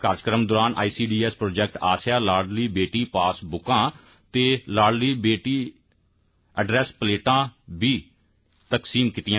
कार्यक्रम दौरान ICDS project आस्सेआ लाडली बेटी पासबुकां ते लाडली बेटी अडरेस प्लेटां बी तक्सीम कीती गेईयां